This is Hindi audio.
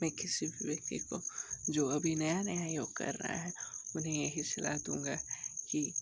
मैं किसी भी व्यक्ति को जो अभी नया नया योग कर रहा है उन्हें यह सलाह दूँगा कि